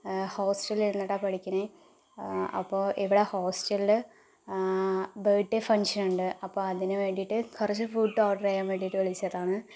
ഹോസ്റ്റലിൽ നിന്നിട്ട് പഠിക്കണേ അപ്പോൾ ഇവിടെ ഹോസ്റ്റലില് ബേർഡേ ഫംഗ്ഷൻ ഉണ്ട് അപ്പോൾ അതിനു വേണ്ടിയിട്ട് കുറച്ച് ഫുഡ് ഓർഡർ ചെയ്യാൻ വേണ്ടിയിട്ട് വിളിച്ചതാണ്